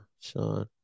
Sean